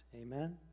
Amen